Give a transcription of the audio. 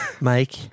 Mike